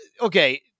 okay